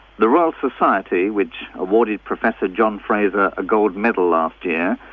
the royal society, which awarded professor john fraser a gold medal last year,